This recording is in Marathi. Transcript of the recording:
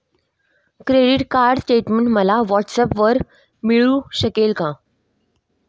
क्रेडिट कार्ड स्टेटमेंट मला व्हॉट्सऍपवर मिळू शकेल का?